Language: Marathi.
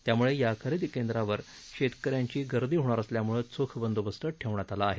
त्यामुळे या खरेदी केंद्रावर शेतकऱ्यांची गर्दी होणार असल्यामुळे चोख बंदोबस्त ठेवण्यात आला आहे